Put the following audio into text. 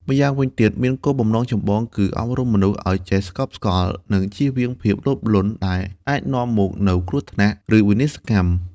ម្យ៉ាងវិញទៀត មានគោលបំណងចម្បងគឺ អប់រំមនុស្សឱ្យចេះស្កប់ស្កល់ និងចៀសវាងភាពលោភលន់ ដែលអាចនាំមកនូវគ្រោះថ្នាក់ ឬវិនាសកម្ម។